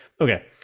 okay